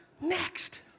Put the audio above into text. next